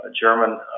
German